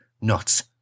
Nuts